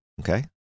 Okay